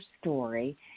story